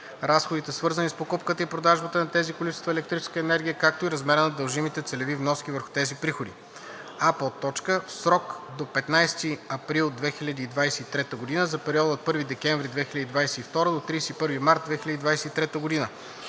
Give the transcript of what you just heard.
разходите, свързани с покупката и продажбата на тези количества електрическа енергия, както и размера на дължимите целеви вноски върху тези приходи: а) в срок до 15 април 2023 г. – за периода от 1 декември 2022 г. до 31 март 2023 г.;